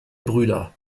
brüder